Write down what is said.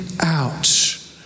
out